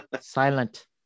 silent